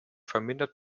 vermindert